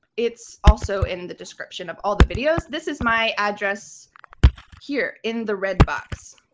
it's also in the description of all the videos. this is my address here in the red box.